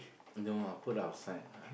no I'll put outside